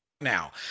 now